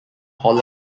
hall